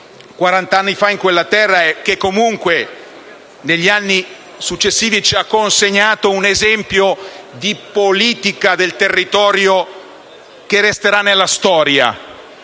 quarant'anni fa in quella terra e che negli anni successivi ci ha consegnato un esempio di politica del territorio che resterà sempre nella storia.